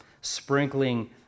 sprinkling